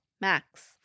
Max